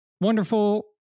wonderful